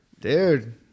Dude